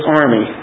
army